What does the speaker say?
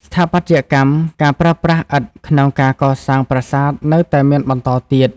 ស្ថាបត្យកម្ម ការប្រើប្រាស់ឥដ្ឋក្នុងការកសាងប្រាសាទនៅតែមានបន្តទៀត។